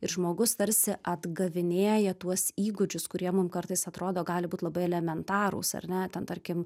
ir žmogus tarsi atgavinėja tuos įgūdžius kurie mum kartais atrodo gali būt labai elementarūs ar ne ten tarkim